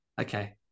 Okay